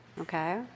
okay